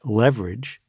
leverage